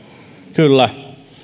kyllä